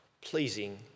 pleasing